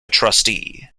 trustee